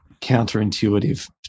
counterintuitive